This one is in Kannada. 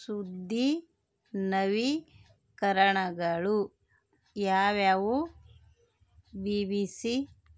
ಸುದ್ದಿ ನವೀಕರಣಗಳು ಯಾವ್ಯಾವು ಬಿ ಬಿ ಸಿ